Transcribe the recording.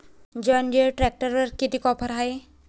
John Deere ट्रॅक्टरवर कितीची offer हाये?